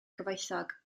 gyfoethog